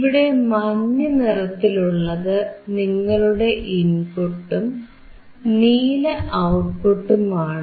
ഇവിടെ മഞ്ഞനിറത്തിലുള്ളത് നിങ്ങളുടെ ഇൻപുട്ടും നീല ഔട്ട്പുട്ടുമാണ്